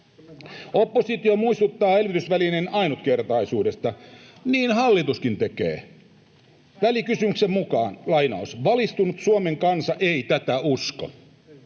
Oppositio muistuttaa elvytysvälineen ainutkertaisuudesta. Niin hallituskin tekee. Välikysymyksen mukaan ”valistunut Suomen kansa ei tätä usko”.